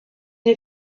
les